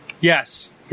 Yes